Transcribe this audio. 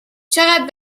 چقد